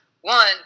one